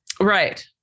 Right